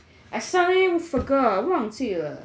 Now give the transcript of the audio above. I suddenly forgot 忘记了